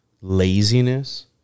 laziness